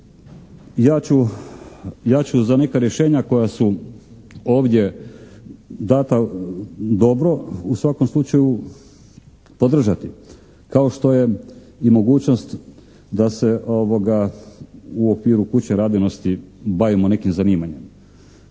ja ću za neka rješenja koja su ovdje dana dobro, u svakom slučaju podržati. Kao što je i mogućnost da se u okviru kuće radinosti bavimo nekim zanimanjem.